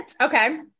Okay